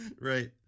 Right